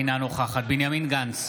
אינה נוכחת בנימין גנץ,